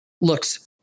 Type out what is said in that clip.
looks